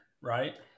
right